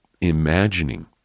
imagining